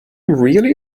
really